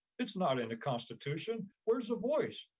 it's not in the constitution. where's the voice?